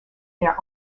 their